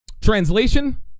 Translation